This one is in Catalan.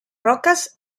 roques